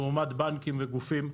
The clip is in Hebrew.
לעומת בנקים וגופים.